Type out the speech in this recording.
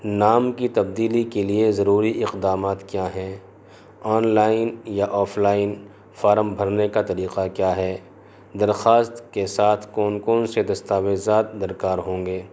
نام کی تبدیلی کے لیے ضروری اقدامات کیا ہیں آن لائن یا آف لائن فارم بھرنے کا طریقہ کیا ہے درخواست کے ساتھ کون کون سے دستاویزات درکار ہوں گے